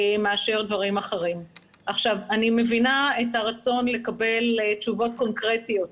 אני מבינה את הרצון לקבל תשובות קונקרטיות.